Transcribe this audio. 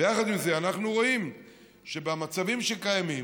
ויחד עם זה, אנחנו רואים שבמצבים שקיימים,